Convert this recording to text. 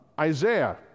Isaiah